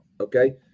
okay